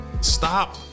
Stop